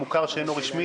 המוכר שאינו רשמי,